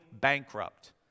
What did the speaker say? bankrupt